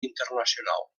internacional